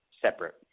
separate